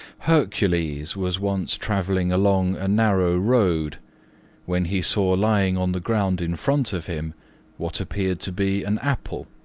hercules was once travelling along a narrow road when he saw lying on the ground in front of him what appeared to be an apple,